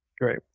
Great